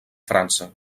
frança